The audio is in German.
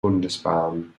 bundesbahn